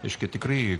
reiškia tikrai